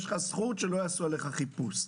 זכות שלא יעשו לך חיפוש.